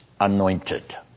Anointed